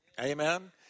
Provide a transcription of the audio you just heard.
Amen